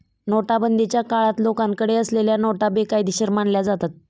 नोटाबंदीच्या काळात लोकांकडे असलेल्या नोटा बेकायदेशीर मानल्या जातात